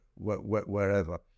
Wherever